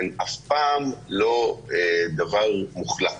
הן אף פעם לא דבר מוחלט.